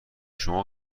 شما